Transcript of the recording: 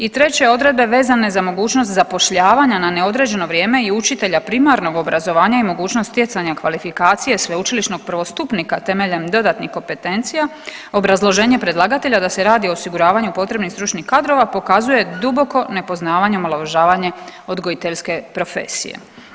I treće odredbe vezane za mogućnost zapošljavanja na neodređeno vrijeme i učitelja primarnog obrazovanja i mogućnost stjecanja kvalifikacije sveučilišnog prvostupnika temeljem dodatnih kompetencija obrazloženje predlagatelja da se radi o osiguravanju potrebnih stručnih kadrova pokazuje duboko nepoznavanje, omalovažavanje odgojiteljske profesije.